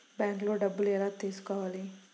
బ్యాంక్లో డబ్బులు ఎలా తీసుకోవాలి?